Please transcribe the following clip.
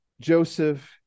Joseph